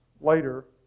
later